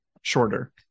shorter